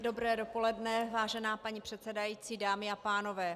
Dobré dopoledne, vážená paní předsedající, dámy a pánové.